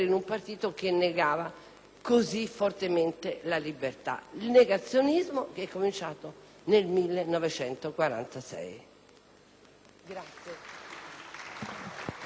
così fortemente la libertà. Il negazionismo è cominciato nel 1946.